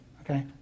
okay